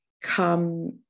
come